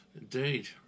indeed